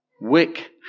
Wick